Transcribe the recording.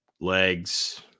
legs